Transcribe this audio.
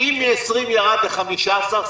אם מ-20 ירד ל-15,